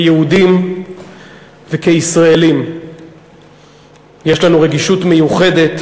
כיהודים וכישראלים יש לנו רגישות מיוחדת